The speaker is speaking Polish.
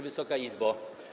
Wysoka Izbo!